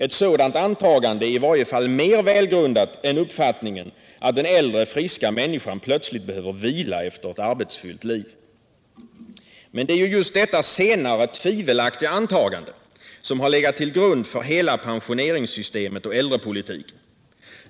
Ett sådant antagande är i varje fall mer välgrundat än uppfattningen att den äldre friska människan plötsligt behöver vila efter ett arbetsfyllt liv.” Men det är ju just detta senare, tvivelaktiga antagande som har legat till grund för hela pensioneringssystemet och äldrepolitiken.